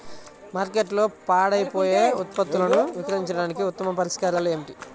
మార్కెట్లో పాడైపోయే ఉత్పత్తులను విక్రయించడానికి ఉత్తమ పరిష్కారాలు ఏమిటి?